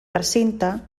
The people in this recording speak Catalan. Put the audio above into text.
recinte